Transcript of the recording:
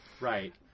Right